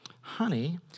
honey